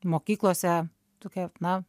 mokyklose tokia na